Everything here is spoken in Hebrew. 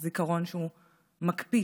זיכרון מקפיא